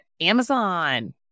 Amazon